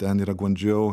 ten yra guandžou